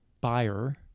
buyer